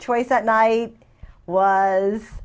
choice that night was